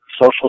Social